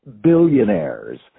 billionaires